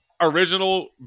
original